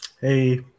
Hey